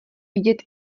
vidět